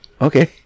Okay